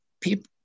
people